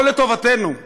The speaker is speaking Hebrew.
לא לטובתנו,